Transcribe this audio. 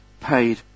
paid